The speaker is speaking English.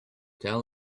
tell